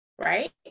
right